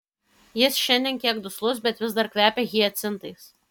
jis šiandien kiek duslus bet vis dar kvepia hiacintais